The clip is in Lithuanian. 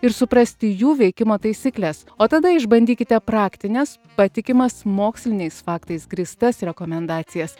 ir suprasti jų veikimo taisykles o tada išbandykite praktines patikimas moksliniais faktais grįstas rekomendacijas